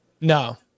No